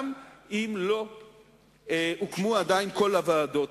גם אם עדיין לא הוקמו כל הוועדות.